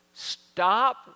Stop